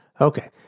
Okay